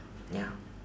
ya